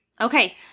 okay